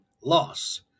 loss